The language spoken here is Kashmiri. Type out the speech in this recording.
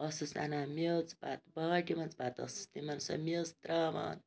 ٲسٕس اَنان میٚژ پَتہٕ باٹہِ منٛز پَتہٕ ٲسٕس تِمَن سۄ میٚژ ترٛاوان